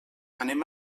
anem